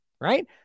Right